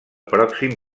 pròxim